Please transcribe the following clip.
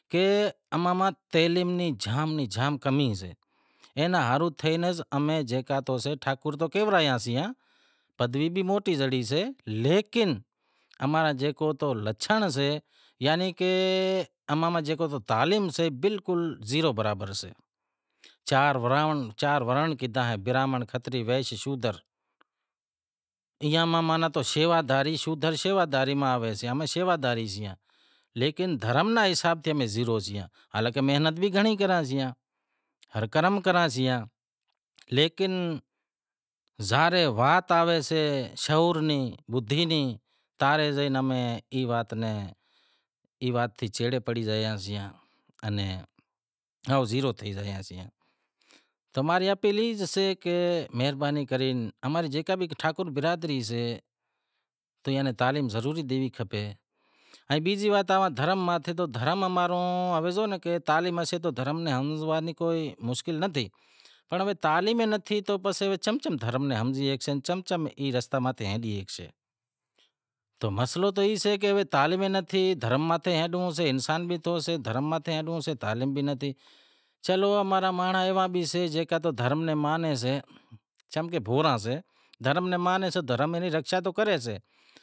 اماں میں تعلیم نیں جام میں جام کمی سے، اینا ہاروں تھے امیں ٹھاکر تو کہورایاسیاں پدوی بھی موٹی زڑی سے پنڑ امارا جیکو لچھنڑ سیں یعنی کہ اماں میں جیکو تعلیم سے بلکل زیرو برابر سے، چار ورنڑ کیتا ایں، برہمنڑ کھتری ویش شودر ایئاں ماں شیوادھاری شودر شیوادہاری ماں آوے سیئاں، امیں شیوادہاری سیئاں لیکن دھرم رے حساب سیں امیں زیرو سیئاں، حالانکہ محنت بھی گھنڑی کراں سیئاں کرم کراسیئاں لیکن ظاہر اے وات آوے سے شعور نیں بدہی نیں تا رے ای وات چھیڑے پرہی زائے سیئاں پنڑ او زیرو تھئی گیاسیں، اماری اپیل ای سے کہ مہربانی کرے اماری جیکا بھی ٹھاکر برادری سے تو ایئاں نیں تعلیم ضروری ڈینڑ کھپے۔ ائیں بیزی وات دھرم ماتھے زو تعلیم ہوسے تو دھرم نیں ہمزاواں ری کوئی مشکل ناں تھی، پنڑ تعلیم ناں تھی تو چم دھرم نیں ہمزی شگشاں زم زم ای راستے ماتھے ہالی شگشاں تو مسئلو تو ای سے کہ تعلیم بھی نتھی، دھرم ماتھے ہلنڑو بھی سے انسان بھی تھو سے دھرم ماتھے ہلنڑو سے تعلیم بھی نتھی، چلو امارا مانڑاں ایوا بھی سیں جیکے دھرم ناں مانیں سے چم کہ بحران سے، دھرم رے بارے، دھرم ری رکھشا تو کریسے۔